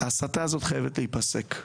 ההסתה הזאת חייבת להיפסק.